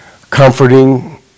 Comforting